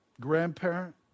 grandparent